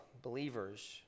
Believers